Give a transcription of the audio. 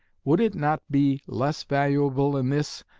would it not be less valuable in this,